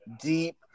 deep